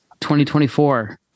2024